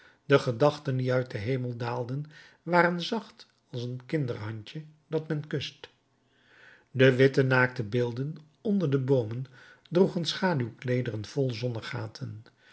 de gedachten die uit den hemel daalden waren zacht als een kinderhandje dat men kust de witte naakte beelden onder de boomen droegen schaduwkleederen vol